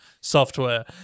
software